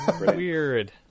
Weird